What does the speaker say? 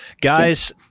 guys